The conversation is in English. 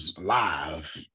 live